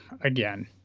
again